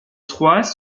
trois